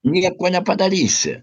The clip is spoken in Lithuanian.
nieko nepadarysi